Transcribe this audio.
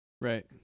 right